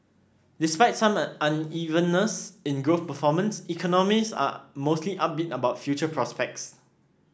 despite some unevenness in growth performance economists are mostly upbeat about future prospects